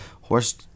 Horse